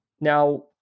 Now